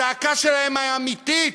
הזעקה שלהם אמיתית.